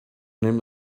name